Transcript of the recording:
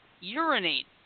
urinate